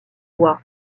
voix